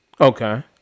Okay